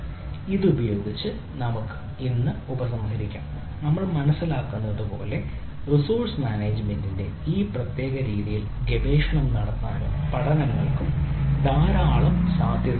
ഇതുപയോഗിച്ച് നമുക്ക് ഇന്ന് ഉപസംഹരിക്കാം നമ്മൾ മനസ്സിലാക്കുന്നതുപോലെ റിസോഴ്സ് മാനേജ്മെന്റിന്റെ ഈ പ്രത്യേക രീതിയിൽ ഗവേഷണം നടത്താനും പഠനങ്ങൾക്കും ധാരാളം സാധ്യതയുണ്ട്